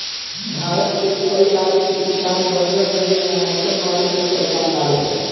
भारत के कई राज के किसान बंजर जमीन या मौसम के मार से परेसान बाड़ेन